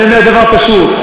אני אומר דבר פשוט: